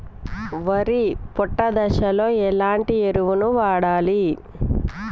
వరి పొట్ట దశలో ఎలాంటి ఎరువును వాడాలి?